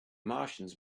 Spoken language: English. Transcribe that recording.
martians